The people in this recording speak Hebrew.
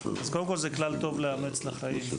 קודם כול, זה טוב לאמץ את הכלל הזה בחיים.